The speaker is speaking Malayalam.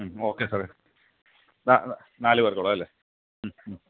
മ്മ് ഓക്കെ സാറേ നാല് പേർക്കുള്ളതല്ലേ മ്മ് മ്മ്